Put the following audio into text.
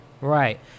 Right